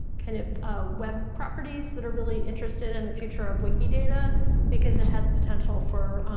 kind of web properties that are really interested in the future of wikidata, because it has potential for